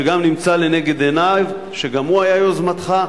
שגם נמצא לנגד עיני, שגם הוא היה יוזמתך,